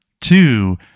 two